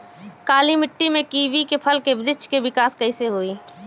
काली मिट्टी में कीवी के फल के बृछ के विकास कइसे होई?